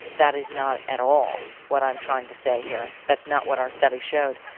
that is not at all what i'm trying to say here. that's not what our study showed.